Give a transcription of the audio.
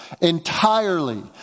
entirely